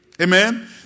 Amen